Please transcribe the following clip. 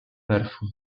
perfum